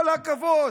כל הכבוד,